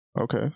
Okay